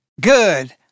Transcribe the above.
Good